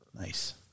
Nice